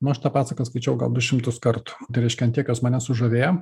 nu aš tą pasaką skaičiau gal du šimtus kartų tai reiškia ant tiek jos mane sužavėjo